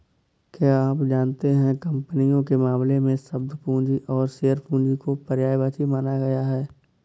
क्या आप जानते है कंपनियों के मामले में, शब्द पूंजी और शेयर पूंजी को पर्यायवाची माना गया है?